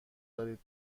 دارید